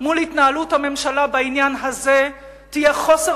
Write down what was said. מול התנהלות הממשלה בעניין הזה תהיה חוסר